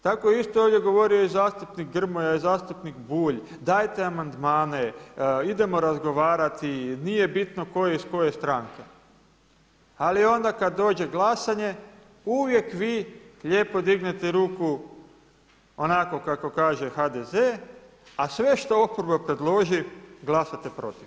Tako je isto ovdje govorio i zastupnik Grmoja i zastupnik Bulj, dajte amandmane, idemo razgovarati i nije bitno tko je iz koje stranke, ali onda kada dođe glasanje uvijek vi lijepo dignete ruku onako kako kaže HDZ, a sve što oporba predloži glasate protiv.